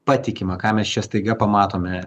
patikima ką mes čia staiga pamatome